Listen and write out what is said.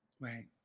Right